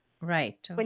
Right